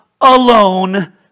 alone